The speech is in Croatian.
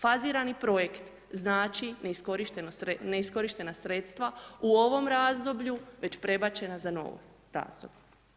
Fazirani projekt znači neiskorištena sredstva u ovom razdoblju već prebačeno za novo razdoblje.